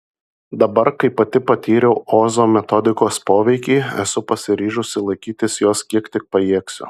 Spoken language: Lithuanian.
dabar kai pati patyriau ozo metodikos poveikį esu pasiryžusi laikytis jos kiek tik pajėgsiu